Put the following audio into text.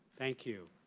thank you.